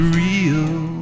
real